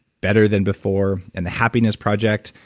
better than before, and the happiness project,